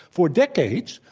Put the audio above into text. for decades,